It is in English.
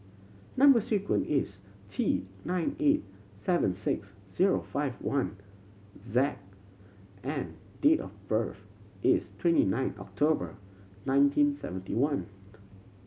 number sequence is T nine eight seven six zero five one Z and date of birth is twenty nine October nineteen seventy one